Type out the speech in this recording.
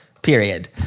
Period